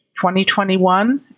2021